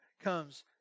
comes